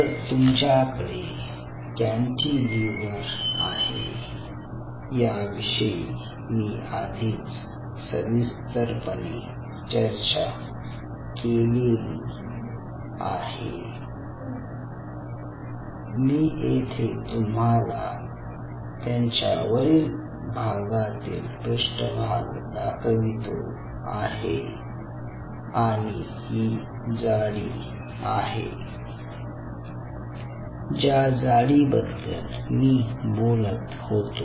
तर तुमच्याकडे कॅन्टीलिव्हर आहे याविषयी मी आधीच सविस्तरपणे चर्चा केली आहे मी येथे तुम्हाला त्याच्या वरील भागातील पृष्ठभाग दाखवितो आहे आणि ही जाडी आहे ज्या जाडी बद्दल मी बोलत होतो